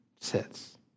sits